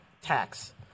tax